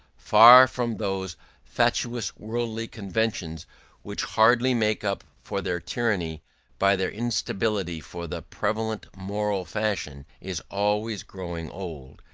far from those fatuous worldly conventions which hardly make up for their tyranny by their instability for the prevalent moral fashion is always growing old,